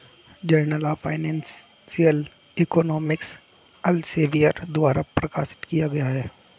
journal of financial economics Elsevier द्वारा प्रकाशित किया गया हैं